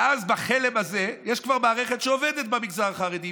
ואז בחלם הזה יש כבר מערכת שעובדת במגזר החרדי,